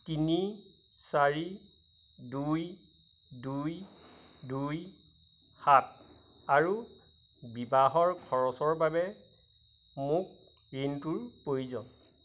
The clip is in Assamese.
তিনি চাৰি দুই দুই দুই সাত আৰু বিবাহৰ খৰচৰ বাবে মোক ঋণটোৰ প্ৰয়োজন